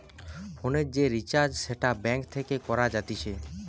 ফোনের যে রিচার্জ সেটা ব্যাঙ্ক থেকে করা যাতিছে